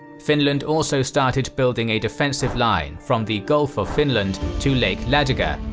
finland also started building a defensive line from the gulf of finland to lake ladoga,